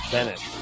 Bennett